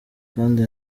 kandi